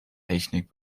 technik